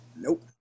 Nope